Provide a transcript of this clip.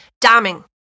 Damning